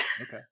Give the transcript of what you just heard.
Okay